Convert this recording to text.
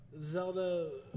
Zelda